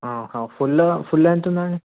full full ఎంతు ఉందండి